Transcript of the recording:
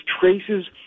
traces